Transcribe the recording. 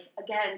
again